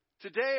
Today